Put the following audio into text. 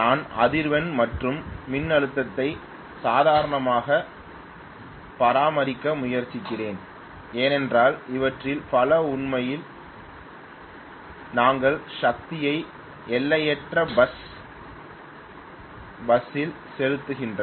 நான் அதிர்வெண் மற்றும் மின்னழுத்தத்தை சாதாரணமாக பராமரிக்க முயற்சிப்பேன் ஏனென்றால் அவற்றில் பல உண்மையில் தங்கள் சக்தியை எல்லையற்ற பஸ் ஸில் செலுத்துகின்றன